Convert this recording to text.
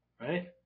right